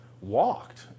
walked